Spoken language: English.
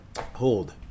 hold